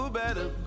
better